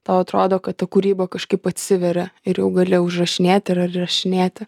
tau atrodo kad ta kūryba kažkaip atsiveria ir jau gali užrašinėti ir ar įrašinėti